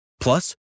Plus